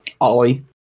Ollie